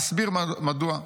"אסביר מדוע.